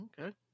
Okay